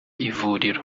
ivuriro